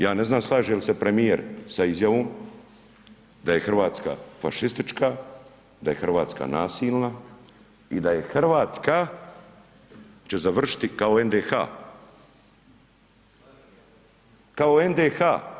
Ja ne znam slaže li se premijer sa izjavom da je Hrvatska fašistička, da je Hrvatska nasilna i da je Hrvatska će završiti kao NDH, kao NDH.